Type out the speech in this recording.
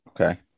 Okay